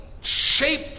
shape